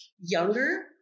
younger